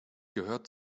gehört